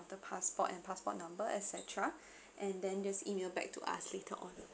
the passport and passport number et cetera and then just email back to us later on